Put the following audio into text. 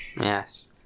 Yes